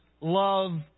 love